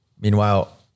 Meanwhile